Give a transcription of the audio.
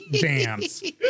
dance